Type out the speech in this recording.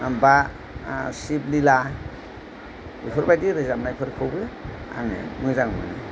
बा सिभ लिला बेफोरबादि रोजाबनायफोरखौबो आङो मोजां मोनो